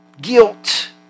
guilt